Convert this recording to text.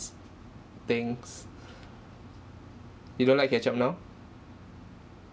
things you don't like ketchup now